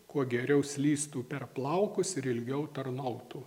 kuo geriau slystų per plaukus ir ilgiau tarnautų